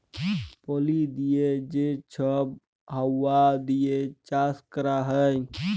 পলি দিঁয়ে যে ছব হাউয়া দিঁয়ে চাষ ক্যরা হ্যয়